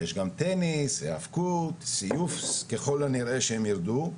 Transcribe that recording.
יש גם טניס, היאבקות, סיוף, ככל הנראה שהם ירדו,